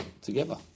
together